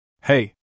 Hey